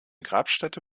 grabstätte